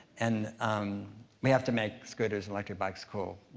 and um we have to make scooters and electric bikes cool,